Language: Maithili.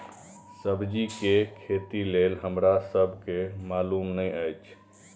सब्जी के खेती लेल हमरा सब के मालुम न एछ?